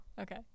Okay